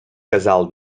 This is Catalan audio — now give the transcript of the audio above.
casal